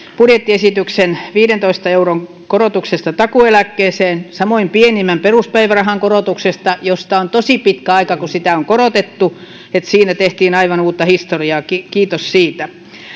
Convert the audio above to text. budjettiesityksen viidentoista euron korotuksesta takuueläkkeeseen samoin pienimmän peruspäivärahan korotuksesta siitä on tosi pitkä aika kun sitä on korotettu siinä tehtiin aivan uutta historiaa kiitos siitä